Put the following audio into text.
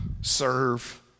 serve